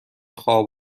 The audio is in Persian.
خواب